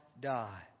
die